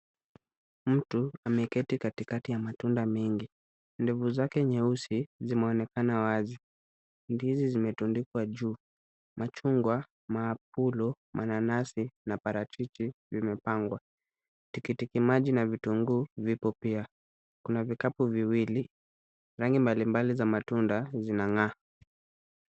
Mtu ameketi katikati ya matunda mengi. Ndevu zake nyeusi zimeonekana wazi. Ndizi zimetundikwa juu. Machungwa, mapulo, mananasi na parachichi vimepangwa. Tikitikimaji na vitunguu vipo pia. Kuna vikapu viwili, rangi mbalimbali za matunda zinang'aa.